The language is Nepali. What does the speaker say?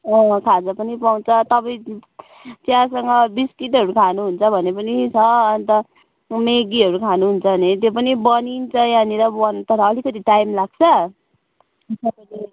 अँ खाजा पनि पाउँछ तपाईँ चियासँग बिस्किटहरू खानुहुन्छ भने पनि छ अन्त म्यागीहरू खानुहुन्छ भने त्यो पनि बनिन्छ यहाँनिर बन तर अलिकति टाइम लाग्छ